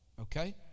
okay